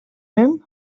him